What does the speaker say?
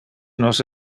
nos